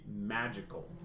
magical